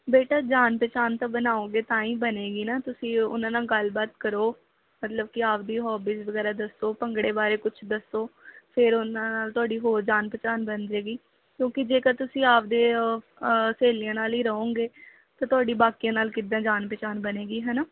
ਬੇਟਾ ਜਾਣ ਪਹਿਚਾਣ ਤਾਂ ਬਣਾਉਗੇ ਤਾਂ ਹੀ ਬਣੇਗੀ ਨਾ ਤੁਸੀਂ ਉਹਨਾਂ ਨਾਲ ਗੱਲਬਾਤ ਕਰੋ ਮਤਲਬ ਕਿ ਆਪਣੀ ਹੋਬਿਜ ਵਗੈਰਾ ਦੱਸੋ ਭੰਗੜੇ ਬਾਰੇ ਕੁਛ ਦੱਸੋ ਫਿਰ ਉਹਨਾਂ ਨਾਲ ਤੁਹਾਡੀ ਹੋਰ ਜਾਣ ਪਹਿਚਾਣ ਬਣ ਜਾਵੇਗੀ ਕਿਉਂਕਿ ਜੇਕਰ ਤੁਸੀਂ ਆਪਣੇ ਅ ਸਹੇਲੀਆਂ ਨਾਲ ਹੀ ਰਹੋਗੇ ਤਾਂ ਤੁਹਾਡੀ ਬਾਕੀਆਂ ਨਾਲ ਕਿੱਦਾਂ ਜਾਣ ਪਹਿਚਾਣ ਬਣੇਗੀ ਹੈ ਨਾ